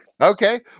Okay